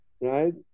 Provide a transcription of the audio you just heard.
right